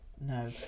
No